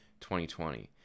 2020